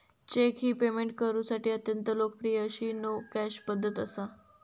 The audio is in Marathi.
चेक ही पेमेंट करुसाठी अत्यंत लोकप्रिय अशी नो कॅश पध्दत असा